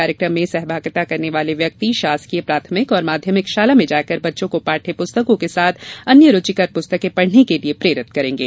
कार्यक्रम में सहभागिता करने वाले व्यक्ति शासकीय प्राथमिक और माध्यमिक शाला में जाकर बच्चों को पाठ्य प्रस्तकों के साथ अन्य रुचिकर पुस्तकें पढ़ने के लिये प्रेरित करेंगे